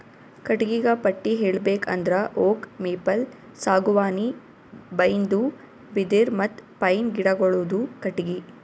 ಕಟ್ಟಿಗಿಗ ಪಟ್ಟಿ ಹೇಳ್ಬೇಕ್ ಅಂದ್ರ ಓಕ್, ಮೇಪಲ್, ಸಾಗುವಾನಿ, ಬೈನ್ದು, ಬಿದಿರ್ ಮತ್ತ್ ಪೈನ್ ಗಿಡಗೋಳುದು ಕಟ್ಟಿಗಿ